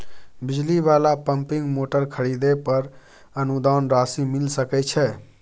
बिजली वाला pumping motor खरीदे पर अनुदान राशि मिल सके छैय?